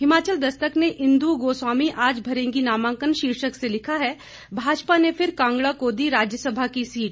हिमाचल दस्तक ने इंदु गोस्वामी आज भरेंगी नामांकन शीर्षक से लिखा है भाजपा ने फिर कांगड़ा को दी राज्यसभा की सीट